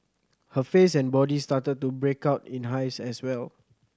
her face and body started to break out in hives as well